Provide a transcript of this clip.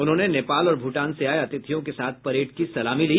उन्होंने नेपाल और भूटान से आए अतिथियों के साथ परेड की सलामी ली